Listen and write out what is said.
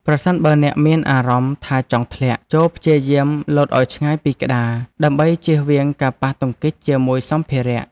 ប្រសិនបើអ្នកមានអារម្មណ៍ថាចង់ធ្លាក់ ចូរព្យាយាមលោតឱ្យឆ្ងាយពីក្តារ ដើម្បីជៀសវាងការប៉ះទង្គិចជាមួយសម្ភារៈ។